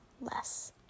less